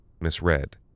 misread